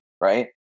right